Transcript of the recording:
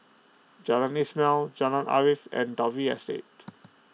Jalan Ismail Jalan Arif and Dalvey Estate